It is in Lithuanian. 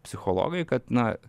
psichologai kad na